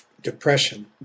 depression